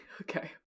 Okay